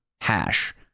hash